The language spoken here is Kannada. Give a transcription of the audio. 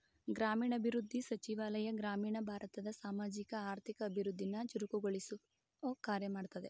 ಗ್ರಾಮೀಣಾಭಿವೃದ್ಧಿ ಸಚಿವಾಲಯ ಗ್ರಾಮೀಣ ಭಾರತದ ಸಾಮಾಜಿಕ ಆರ್ಥಿಕ ಅಭಿವೃದ್ಧಿನ ಚುರುಕುಗೊಳಿಸೊ ಕಾರ್ಯ ಮಾಡ್ತದೆ